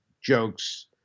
jokes